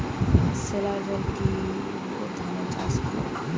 সেলোর জলে কি বোর ধানের চাষ ভালো?